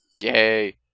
Yay